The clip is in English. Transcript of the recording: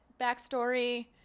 backstory